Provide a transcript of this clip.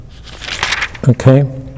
Okay